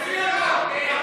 תוציא אותו.